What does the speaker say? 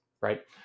right